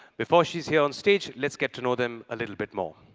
before she's here onstage, let's get to know them a little bit more.